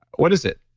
what is it?